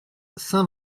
saint